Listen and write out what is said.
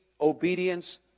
obedience